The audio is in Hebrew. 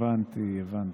הבנתי, הבנתי.